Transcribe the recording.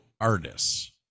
artists